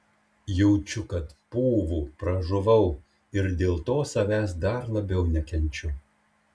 jaučiau kad pūvu pražuvau ir dėl to savęs dar labiau nekenčiau